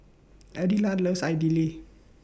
Adelard loves Idili